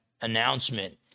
announcement